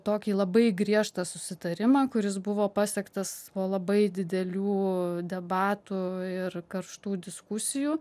tokį labai griežtą susitarimą kuris buvo pasiektas po labai didelių debatų ir karštų diskusijų